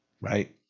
Right